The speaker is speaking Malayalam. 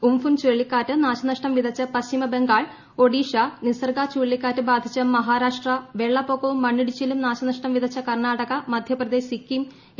ഉംഫുൻ ചുഴലിക്കാറ്റ് നാശനഷ്ടം വിതച്ച പശ്ചിമ ബംഗാൾ ഒഡിഷ നിസർഗ ് ചുഴലിക്കാട് ബാധിച്ച മഹാരാഷ്ട്ര വെള്ളപ്പൊക്കവും മണ്ണിടിച്ചിലും നാശനഷ്ടം വിതച്ച കർണാടക മധ്യപ്രദേശ് സിക്കിം ടി